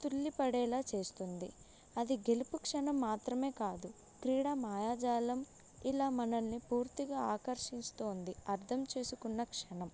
తుళ్ళిపడేలా చేస్తుంది అది గెలుపు క్షణం మాత్రమే కాదు క్రీడా మాయాజాలం ఇలా మనల్ని పూర్తిగా ఆకర్షిస్తుంది అర్థం చేసుకున్న క్షణం